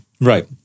right